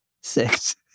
six